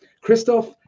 Christoph